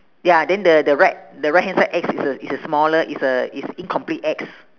ya then the the right the right hand side X is a is a smaller is a is incomplete X